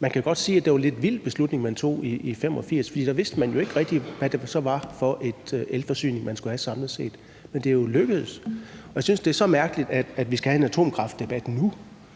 Man kan godt sige, at det var en lidt vild beslutning, man tog i 1985, for der vidste man jo ikke rigtig, hvad det så var for en elforsyning, man skulle have samlet set. Men det er jo lykkedes. Jeg synes, det er så mærkeligt, at vi skal have en atomkraftdebat nu,